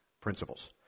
principles